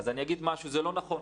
אני אומר שזה לא נכון.